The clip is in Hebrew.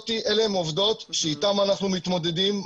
אלה הן העובדות שאיתן אנחנו מתמודדים.